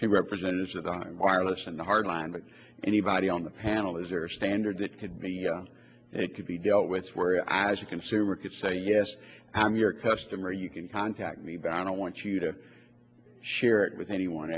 the wireless and the hard line but anybody on the panel is there a standard that could be it could be dealt with where you as a consumer could say yes i'm your customer you can contact me but i don't want you to share it with anyone